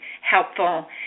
helpful